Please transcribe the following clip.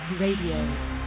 Radio